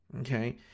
okay